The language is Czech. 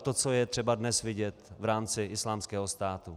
To, co je třeba dnes vidět v rámci Islámského státu.